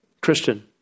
Christian